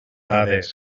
dades